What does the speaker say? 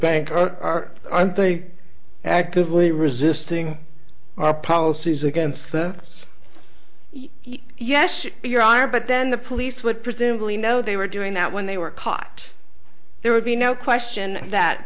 bank are and they actively resisting our policies against them so yes your honor but then the police would presumably know they were doing that when they were caught there would be no question that